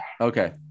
Okay